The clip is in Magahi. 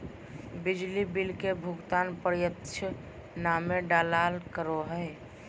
बिजली बिल के भुगतान प्रत्यक्ष नामे डालाल करो हिय